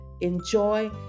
Enjoy